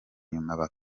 nyuma